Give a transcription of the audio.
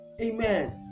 Amen